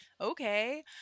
okay